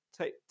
take